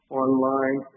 online